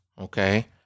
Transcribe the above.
Okay